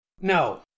No